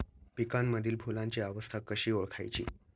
पिकांमधील फुलांची अवस्था कशी ओळखायची?